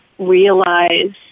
Realize